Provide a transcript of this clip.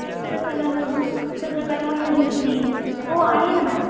चित्रकला नोटबुक चित्रकला वह्या भेटतील हो आहे ना मॅम